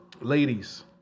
ladies